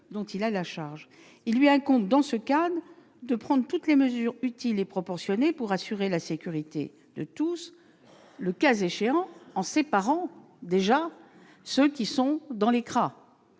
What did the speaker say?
dont il a la charge. Il incombe à ce dernier, dans ce cadre, de prendre toutes les mesures utiles et proportionnées pour assurer la sécurité de tous, le cas échéant en séparant déjà ceux qui sont retenus dans les CRA.